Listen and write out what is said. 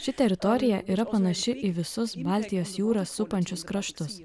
ši teritorija yra panaši į visus baltijos jūrą supančius kraštus